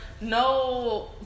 no